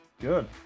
Good